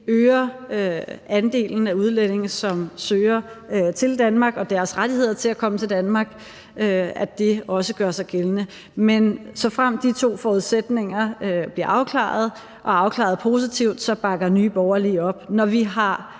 øger andelen af udlændinge, som søger til Danmark, og deres rettigheder til at komme til Danmark, også gør sig gældende. Men såfremt de to forudsætninger bliver afklaret og afklaret positivt, så bakker Nye Borgerlige op. Når vi har